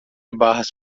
barras